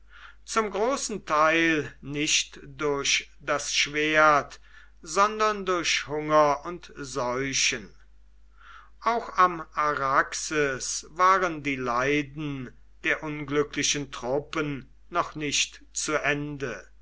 zum großen teil nicht durch das schwert sondern durch hunger und seuchen auch am araxes waren die leiden der unglücklichen truppen noch nicht zu ende